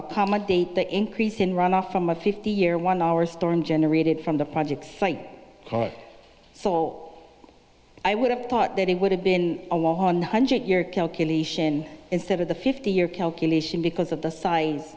much date the increase in runoff from a fifty year one hour storm generated from the project site saw i would have thought that it would have been a one hundred year calculation instead of the fifty year calculation because of the size